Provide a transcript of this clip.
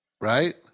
Right